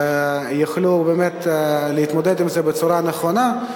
שיוכלו באמת להתמודד עם זה בצורה נכונה.